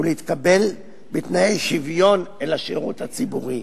ולהתקבל בתנאי שוויון אל השירות הציבורי,